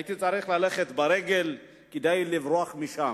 הייתי צריך ללכת ברגל כדי לברוח משם.